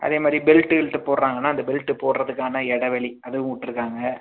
அதே மாதிரி பெல்ட்டு கில்ட்டு போடுறாங்கன்னா அந்த பெல்ட்டு போடுறதுக்கான இடவெளி அதுவும் விட்ருக்காங்க